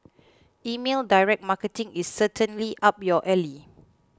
email direct marketing is certainly up your alley